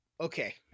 Okay